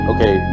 Okay